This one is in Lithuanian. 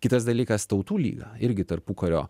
kitas dalykas tautų lyga irgi tarpukario